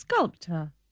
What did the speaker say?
Sculptor